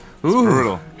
brutal